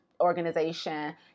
organization